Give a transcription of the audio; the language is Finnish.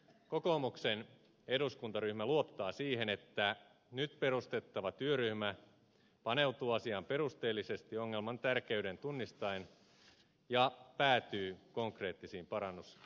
kokoomuksen eduskuntaryhmä luottaa siihen että nyt perustettava työryhmä paneutuu asiaan perusteellisesti ongelman tärkeyden tunnistaen ja päätyy konkreettisiin parannusesityksiin